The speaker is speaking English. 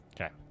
Okay